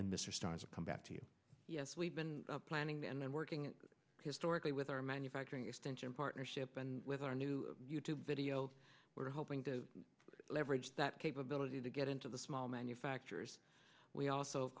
mr starr is a come back to you yes we've been planning and working historically with our manufacturing extension partnership and with our new you tube video we're hoping to leverage that capability to get into the small manufacturers we also